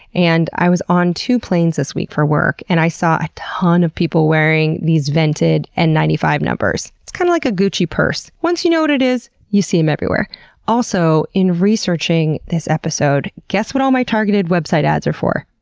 and i was on two planes this week for work, and i saw a ton of people wearing these vented n and ninety five numbers. it's kinda kind of like a gucci purse once you know what it is, you see em everywhere also, in researching this episode, guess what all my targeted website ads are for?